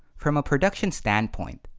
from a production standpoint,